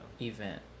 Event